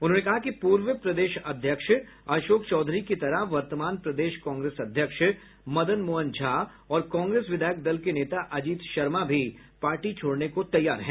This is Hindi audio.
उन्होंने कहा कि पूर्व प्रदेश अध्यक्ष अशोक चौधरी की तरह वर्तमान प्रदेश कांग्रेस अध्यक्ष मदन मोहन झा और कांग्रेस विधायक दल के नेता अजीत शर्मा भी पार्टी छोड़ने को तैयार हैं